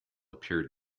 appeared